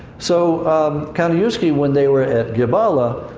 so kaniewski, when they were at gabala,